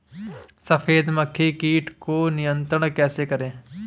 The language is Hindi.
सफेद मक्खी कीट को नियंत्रण कैसे करें?